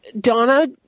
Donna